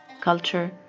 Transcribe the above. culture